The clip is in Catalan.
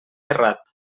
errat